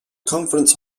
conference